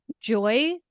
joy